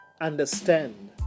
understand